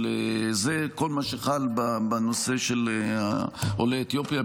וכל מה שחל בנושא של עולי אתיופיה,